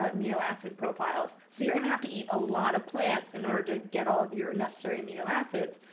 ah amino acid profiles. so you're going to have to eat a lot of plants in order to get all of your necessary amino acids.